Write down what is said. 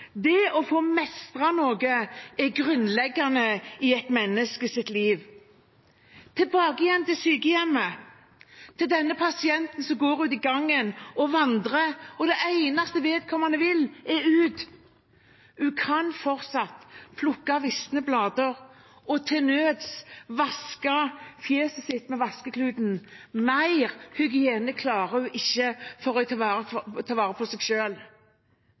Det å få mestre noe, er grunnleggende i et menneskes liv. Tilbake igjen til sykehjemmet, til denne pasienten som går ute i gangen og vandrer, og det eneste vedkommende vil, er å komme ut. Hun kan fortsatt plukke visne blader og til nøds vaske fjeset sitt med vaskekluten. Mer hygiene klarer hun ikke å ta vare på